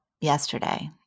yesterday